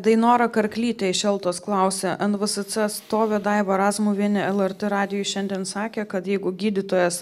dainora karklytė iš eltos klausia nvsc atstovė daiva razmuvienė lrt radijui šiandien sakė kad jeigu gydytojas